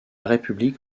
république